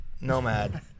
nomad